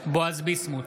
בועז ביסמוט,